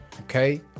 okay